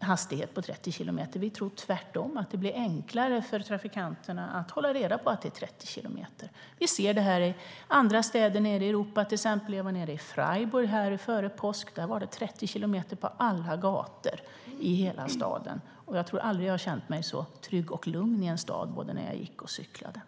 hastighet på 30 kilometer i timmen. Vi tror tvärtom att det blir enklare för trafikanterna att hålla reda på att det är 30 kilometer. Vi ser det i andra städer nere i Europa. Jag var till exempel nere i Freiburg före påsk. Där var det 30 kilometer på alla gator i hela staden. Jag tror aldrig att jag har känt mig så trygg och lugn i en stad när jag både gick och cyklade.